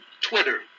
Twitter